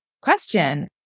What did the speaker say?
question